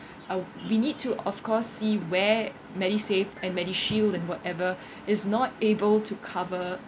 uh we need to of course see where MediSave and MediShield and whatever is not able to cover